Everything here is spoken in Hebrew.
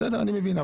בסדר אני מבין,